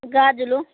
గాజులు